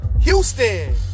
Houston